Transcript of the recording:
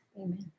Amen